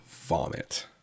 vomit